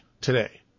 today